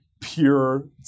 Pure